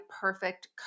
perfect